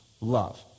love